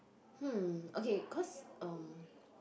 hmm okay cause um